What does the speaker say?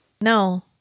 No